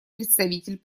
представитель